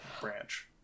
branch